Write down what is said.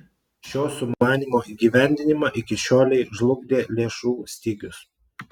šio sumanymo įgyvendinimą iki šiolei žlugdė lėšų stygius